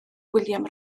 william